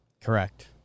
Correct